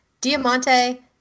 Diamante